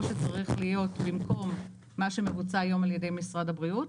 שצריך להיות במקום מה שמבוצע היום על ידי משרד הבריאות.